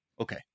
Okay